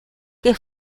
que